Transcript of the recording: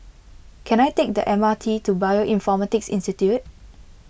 can I take the M R T to Bioinformatics Institute